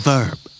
Verb